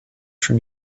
from